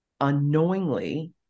unknowingly